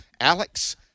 Alex